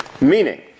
meaning